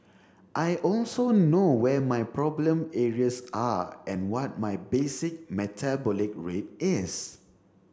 I also know where my problem areas are and what my basic metabolic rate is